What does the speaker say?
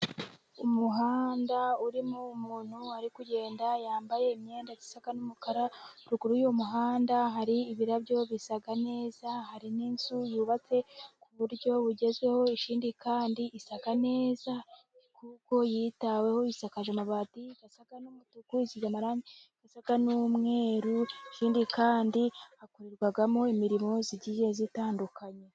Umuhanda urimo umuntu ari kugenda yambaye imyenda isa n'umukara. Ruguru y'uwo muhanda hari ibirabyo bisa neza, hari n'inzu yubatse ku buryo bugezweho. Ikindi kandi isa neza kuko yitaweho. Isakaje amabati asa n'umutuku, isize amarangi asa n'umweru, ikindi kandi hakorerwamo imirimo igiye itandukanye.